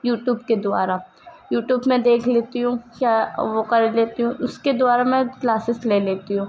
you tube کے دوارا YouTube میں دیکھ لیتی ہوں کیا وہ کر لیتی ہوں اس کے دوارا میں کلاسز لے لیتی ہوں